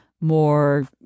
more